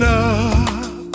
up